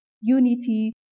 unity